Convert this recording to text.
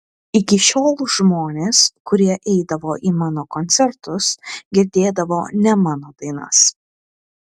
iki šiol žmonės kurie eidavo į mano koncertus girdėdavo ne mano dainas